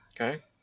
Okay